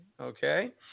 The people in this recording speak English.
okay